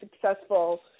successful